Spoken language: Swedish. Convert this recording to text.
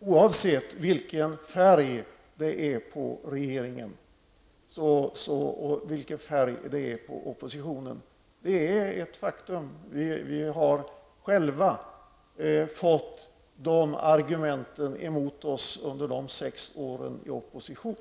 oavsett vilken färg det är på regeringen och vilken färg det är på oppositionen. Det är ett faktum. Vi socialdemokrater har själva fått de argumenten emot oss de sex åren vi var i opposition.